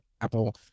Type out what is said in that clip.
Apple